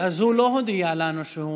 הוא לא הודיע לנו שהוא,